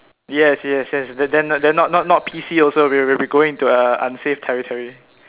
yes yes yes they they're not not not P_C also we we'll be going into uh unsafe territory